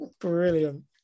brilliant